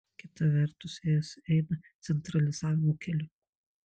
kita vertus es eina centralizavimo keliu